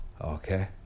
okay